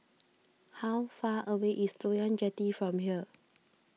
how far away is Loyang Jetty from here